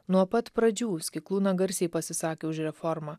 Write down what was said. nuo pat pradžių skiklūna garsiai pasisakė už reformą